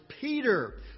Peter